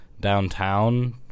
downtown